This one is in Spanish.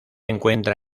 encuentra